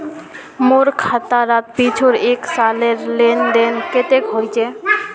मोर खाता डात पिछुर एक सालेर लेन देन कतेक होइए?